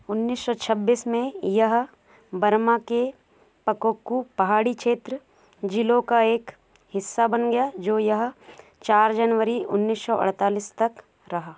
उन्नीस सौ छब्बीस में यह बर्मा के पकोक्कू पहाड़ी क्षेत्र ज़िलों का एक हिस्सा बन गया जो यह चार जनवरी उन्नीस सौ अड़तालीस तक रहा